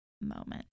moment